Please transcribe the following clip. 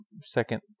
second